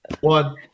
One